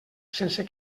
sense